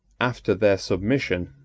after their submission,